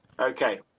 okay